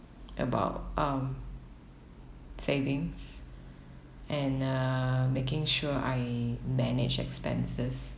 about um savings and uh making sure I manage expenses